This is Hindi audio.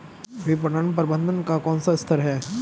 विपणन प्रबंधन का कौन सा स्तर है?